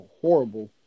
horrible